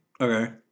Okay